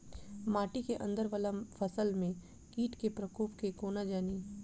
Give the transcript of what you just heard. माटि केँ अंदर वला फसल मे कीट केँ प्रकोप केँ कोना जानि?